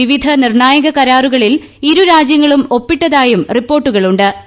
വിവിധ നിർണായക കരാറുകളിൽ ഇരു രാജ്യങ്ങളും ഒപ്പിട്ടതായും റിപ്പോർട്ടുകളു ്